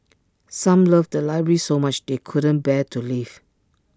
some loved the library so much they couldn't bear to leave